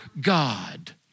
God